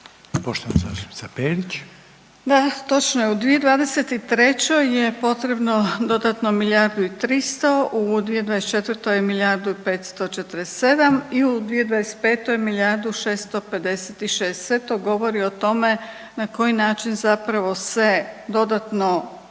Grozdana (HDZ)** Da, točno je u 2023. je potrebno dodatno milijardu i 300 u 2024. milijardu i 547 i u 2025. milijardu 656 sve to govori o tome na koji način zapravo se dodatno